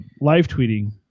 live-tweeting